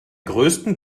größten